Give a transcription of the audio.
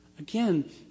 Again